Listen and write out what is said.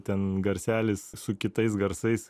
ten garselis su kitais garsais